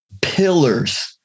pillars